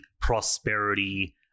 prosperity